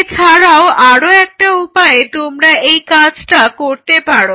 এছাড়াও আরও একটি উপায়ে তোমরা এই কাজটা করতে পারো